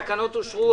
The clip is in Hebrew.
הצבעה התקנות אושרו.